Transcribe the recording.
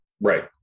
right